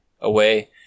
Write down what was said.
away